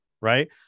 Right